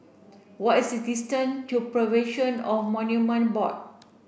what is the distance to Preservation on Monument Board